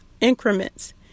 increments